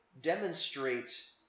demonstrate